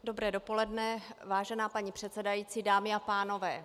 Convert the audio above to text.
Dobré dopoledne, vážená paní předsedající, dámy a pánové.